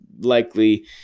likely